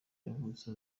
yavutse